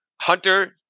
Hunter